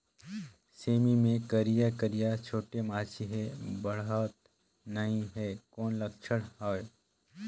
सेमी मे करिया करिया छोटे माछी हे बाढ़त नहीं हे कौन लक्षण हवय?